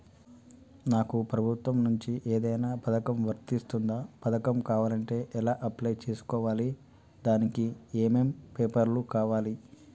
నాకు ప్రభుత్వం నుంచి ఏదైనా పథకం వర్తిస్తుందా? పథకం కావాలంటే ఎలా అప్లై చేసుకోవాలి? దానికి ఏమేం పేపర్లు కావాలి?